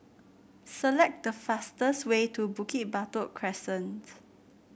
select the fastest way to Bukit Batok Crescent